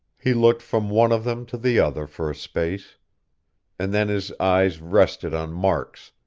he looked from one of them to the other for a space and then his eyes rested on mark's,